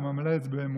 אתה ממלא את זה באמונה.